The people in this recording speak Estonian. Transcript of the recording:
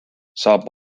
saab